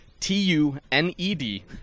T-U-N-E-D